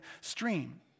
stream